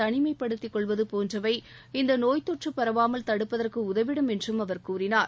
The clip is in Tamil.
தனிமைப்படுத்திக் கொள்வது போன்றவை இந்த நோய்த் தொற்று பரவாமல் தடுப்பதற்கு உதவிடும் என்றும் அவர் கூறினார்